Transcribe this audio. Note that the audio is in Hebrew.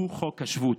הוא חוק השבות,